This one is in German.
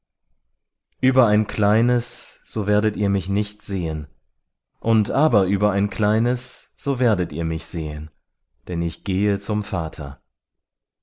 über ein kleines so werdet ihr mich nicht sehen und aber über ein kleines so werdet ihr mich sehen denn ich gehe zum vater